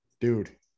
Dude